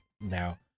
now